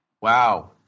Wow